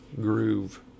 groove